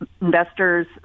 investors